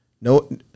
no